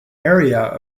area